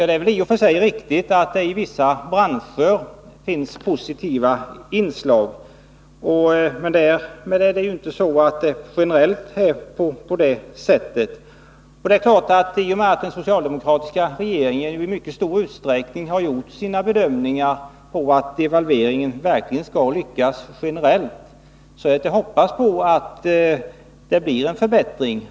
Det är väl i och för sig riktigt att det i vissa branscher finns positiva inslag, men det förhåller sig inte generellt på det sättet. I och med att den socialdemokratiska regeringen i mycket stor utsträckning har grundat sina bedömningar på tron att devalveringen verkligen skall lyckas generellt, är det att hoppas på att det blir en förbättring.